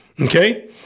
Okay